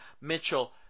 Mitchell